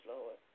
Lord